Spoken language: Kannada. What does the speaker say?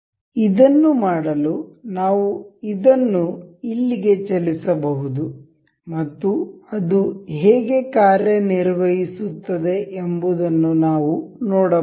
ಇದನ್ನು ಮಾಡಲು ನಾವು ಇದನ್ನು ಇಲ್ಲಿಗೆ ಚಲಿಸಬಹುದು ಮತ್ತು ಅದು ಹೇಗೆ ಕಾರ್ಯನಿರ್ವಹಿಸುತ್ತದೆ ಎಂಬುದನ್ನು ನಾವು ನೋಡಬಹುದು